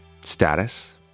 status